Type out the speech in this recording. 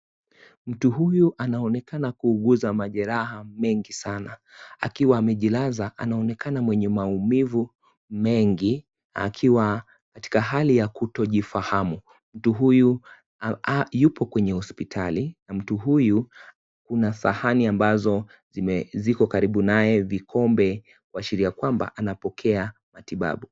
Mtu huyo anaonekana kuuguza majeraha mengi sana. Akiwa amejilaza, anaonekana mwenye maumivu mengi akiwa katika Hali ya kutojifahamu. Mtu huyu yupo kwenye hospitali na mtu huyu kuna Sahani ambazo ziko karibu naye, vikombe kuashiria kwamba anapokea matibabu.